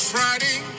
Friday